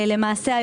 למעשה,